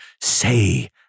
say